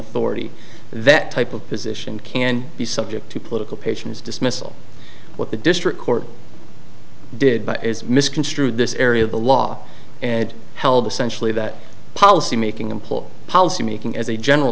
authority that type of position can be subject to political patients dismissal what the district court did by is misconstrued this area of the law and held essential of that policy making employer policy making as a general